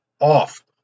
off